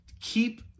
keep